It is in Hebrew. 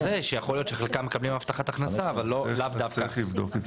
שיכול להיות שחלקם מקבלים הבטחת הכנסה אבל לאו דווקא.